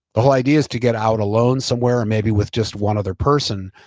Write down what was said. the whole idea is to get out alone somewhere and maybe with just one other person.